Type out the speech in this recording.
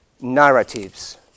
narratives